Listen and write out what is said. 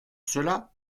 cela